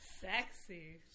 Sexy